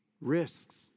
risks